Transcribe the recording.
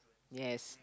yes